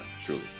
truly